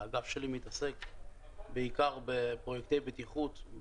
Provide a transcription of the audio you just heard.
האגף שלי מתעסק בעיקר בפרויקטי בטיחות,